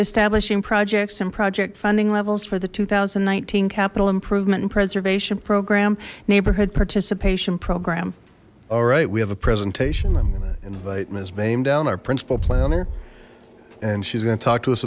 establishing projects and project funding levels for the two thousand and nineteen capital improvement and preservation program neighborhood participation program all right we have a presentation i'm gonna invite his name down our principal planner and she's going to talk to us